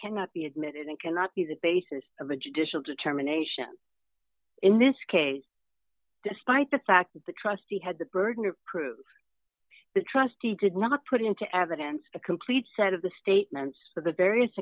cannot be admitted and cannot be the basis of a judicial determination in this case despite the fact that the trustee had the burden of proof the trustee did not put into evidence a complete set of the statements that the various